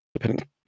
Depending